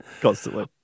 constantly